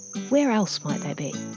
where else might they they